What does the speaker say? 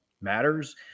matters